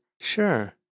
Sure